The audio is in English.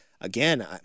again